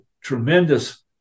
tremendous